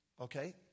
okay